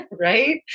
right